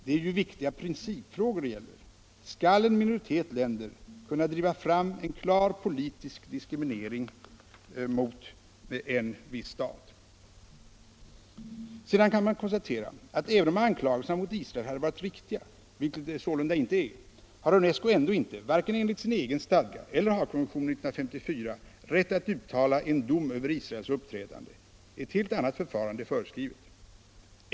Det är ju viktiga principfrågor det gäller: Skall en minoritet länder kunna driva fram en klar politisk diskriminering mot en viss stat? Sedan kan man konstatera att även om anklagelserna mot Israel hade varit riktiga — vilket de alltså inte är — har UNESCO ändå inte vare sig enligt sin egen stadga eller enligt Haagkonventionen 1954 rätt att uttala en dom över Israels uppträdande. Ett helt annat förfarande är föreskrivet.